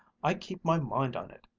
i keep my mind on it.